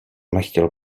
nechtěl